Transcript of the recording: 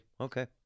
okay